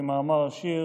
כמאמר השיר,